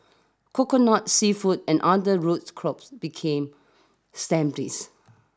coconut seafood and other root crops became staples